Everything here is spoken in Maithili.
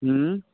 उँ